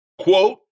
Quote